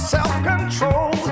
self-control